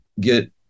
get